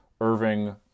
Irving